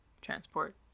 transport